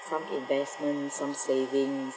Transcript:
some investment some savings